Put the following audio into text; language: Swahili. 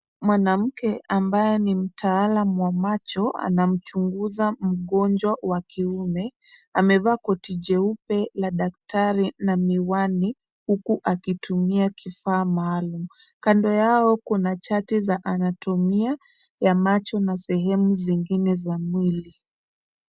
Mwanamke ambaye ni mtaalam wa macho, anamchunguza mgonjwa wa kiume. Amevaa koti jeupe la daktari na miwani, huku akitumia kifaa maalum. Kando yao kuna chati za anatumia ya macho na sehemu zingine za mwili.